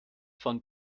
von